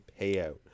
payout